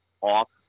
off